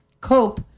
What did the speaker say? cope